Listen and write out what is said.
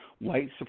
white